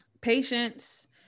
patience